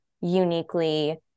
uniquely